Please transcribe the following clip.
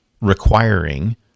requiring